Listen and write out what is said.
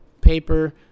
paper